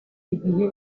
igihe